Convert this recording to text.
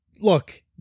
Look